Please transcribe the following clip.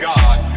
God